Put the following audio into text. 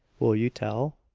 will you tell?